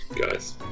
guys